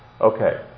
Okay